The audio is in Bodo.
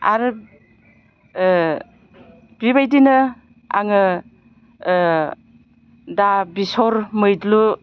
आरो बिबायदिनो आङो दा बिसर मैद्रु